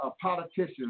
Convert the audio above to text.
politicians